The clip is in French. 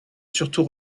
surtout